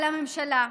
על הממשלה,